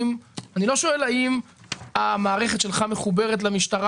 אני לא שואל האם המערכת שלך מחוברת למשטרה